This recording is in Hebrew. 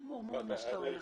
חמור מאוד מה שאתה אומר.